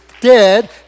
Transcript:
dead